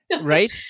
right